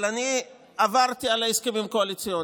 אבל אני עברתי על ההסכמים הקואליציוניים.